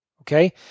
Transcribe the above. okay